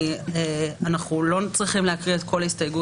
אנחנו לא צריכים לקרוא הסתייגות,